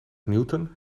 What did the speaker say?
newton